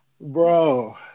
bro